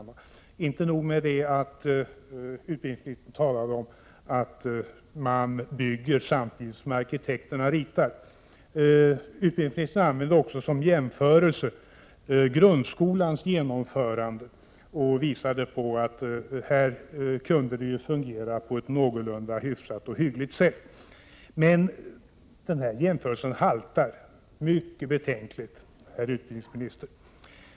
Det var inte nog med att utbildningsministern sade att man bygger samtidigt som arkitekterna ritar, utan han använde också som jämförelse grundskolans genomförande och påvisade att det kunde fungera på ett någorlunda hyggligt sätt. Men den jämförelsen haltar mycket betänkligt, herr utbildningsminister.